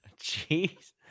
Jeez